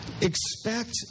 expect